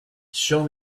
show